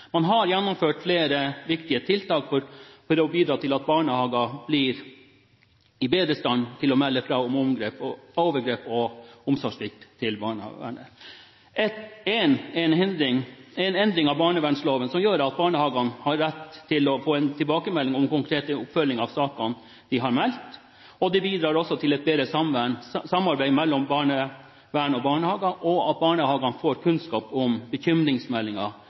Man har gjennomført flere viktige tiltak for å bidra til at barnehager blir i bedre stand til å melde fra til barnevernet om overgrep og omsorgssvikt. Ett tiltak er en endring av barnevernloven, som gjør at barnehagene har rett til å få en tilbakemelding om konkret oppfølging av sakene de har meldt. Dette bidrar også til et bedre samarbeid mellom barnevern og barnehager og til at barnehagene får kunnskap om